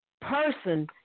person